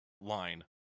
line